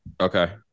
Okay